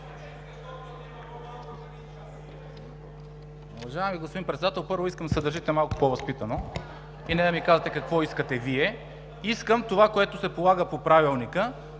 първо искам да се държите малко по-възпитано и не да ми казвате: „Какво искате Вие?“ Искам това, което се полага по Правилника.